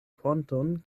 ponton